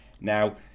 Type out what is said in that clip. Now